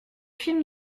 films